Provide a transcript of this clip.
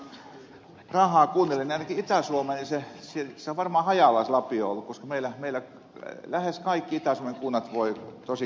sitten tämä toinen valtio lapioi rahaa kuuntelin niin ainakin itä suomessa on varmaan hajallaan se lapio ollut koska meillä lähes kaikki itä suomen kunnat voivat tosi kehnosti